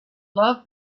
love